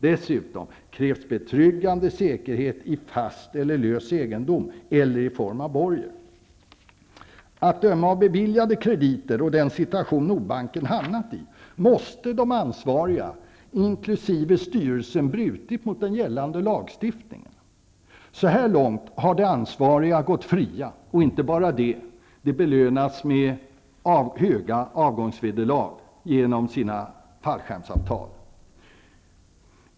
Dessutom krävs betryggande säkerhet i fast eller lös egenom eller i form av borgen.'' Att döma av beviljade krediter och den situation som Nordbanken hamnat i måste de ansvariga, inkl. styrelsen, ha brutit mot gällande lagstiftning. Så här långt har de ansvariga gått fria, och inte bara det -- de belönas dessutom med höga avgångsvederlag genom sina fallskärmsavtal.